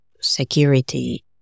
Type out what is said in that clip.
security